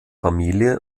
familie